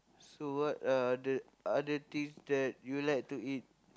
so what are the other things that you like to eat